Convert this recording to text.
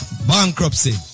Bankruptcy